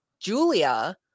julia